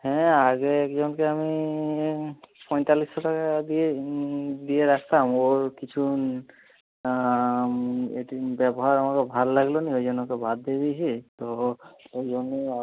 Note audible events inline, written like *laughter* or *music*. হ্যাঁ আগে একজনকে আমি পঁয়তাল্লিশ শত টাকা দিয়ে দিয়ে রাখতাম ওর কিছু *unintelligible* ব্যবহার আমার ভালো লাগল না তাই ওই জন্য ওকে বাদ দিয়ে দিয়েছি তো ওই জন্যই আবার আমি আমাকে